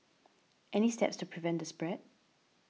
any steps to prevent the spread